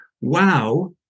wow